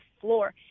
floor